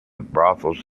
brothels